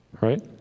right